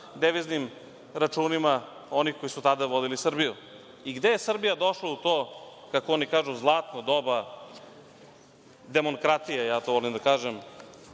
deviznim računima onih koji su tada vodili Srbiju. Gde je Srbija došla u to, kako oni kažu, zlatno doba demonkratije, ja to volim da kažem,